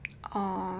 oh